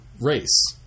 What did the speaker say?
race